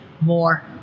more